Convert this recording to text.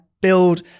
build